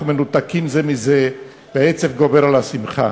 מנותקים זה מזה והעצב גובר על השמחה?